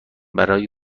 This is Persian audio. برای